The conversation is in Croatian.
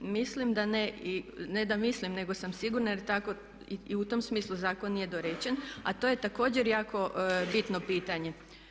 Mislim da ne, i ne da mislim nego sam sigurna jer tako i u tom smislu zakon nije dorečen a to je također jako bitno pitanje.